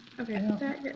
Okay